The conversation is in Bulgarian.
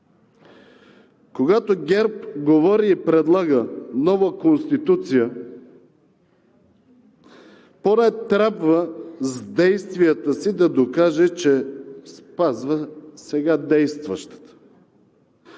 Когато ГЕРБ говори и предлага нова Конституция поне трябва с действията си да докаже, че спазва сега действащата,